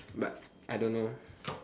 but I don't know